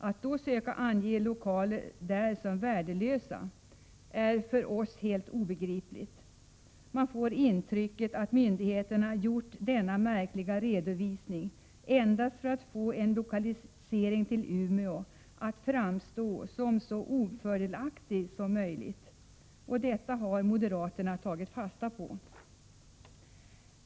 Att då söka ange lokaler där som värdelösa är för oss helt obegripligt. Man får intrycket att myndigheterna gjort denna märkliga redovisning endast för att få en lokalisering till Umeå att framstå som så ofördelaktig som möjligt, och detta har moderaterna tagit fasta på.